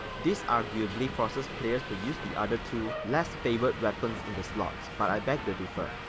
this arguably forces players to use the other two less favored weapons in the slots, but i beg the differ.